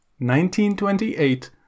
1928